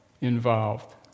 involved